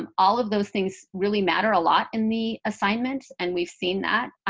um all of those things really matter a lot in the assignments. and we've seen that.